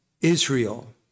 Israel